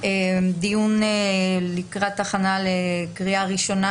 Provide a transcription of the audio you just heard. חוק ומשפט בדיון לקראת הכנה לקריאה הראשונה